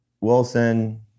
Wilson